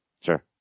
Sure